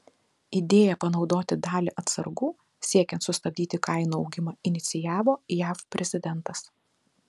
idėją panaudoti dalį atsargų siekiant sustabdyti kainų augimą inicijavo jav prezidentas